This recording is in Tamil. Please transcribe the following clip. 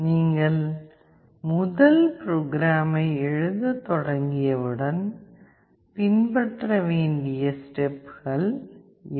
நீங்கள் முதல் ப்ரோக்ராமை எழுதத் தொடங்கியவுடன் பின்பற்ற வேண்டிய ஸ்டெப்கள் இவை